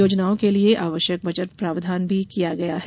योजनाओं के लिए आवश्यक बजट प्रावधान भी किया गया है